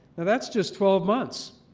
and that's just twelve months.